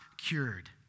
cured